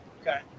Okay